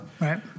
Right